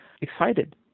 excited